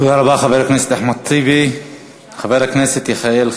תודה רבה, חבר הכנסת אחמד